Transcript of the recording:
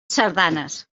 sardanes